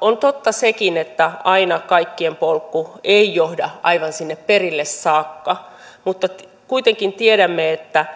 on totta sekin että aina kaikkien polku ei johda aivan sinne perille saakka mutta kuitenkin tiedämme että